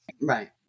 Right